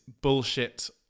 bullshit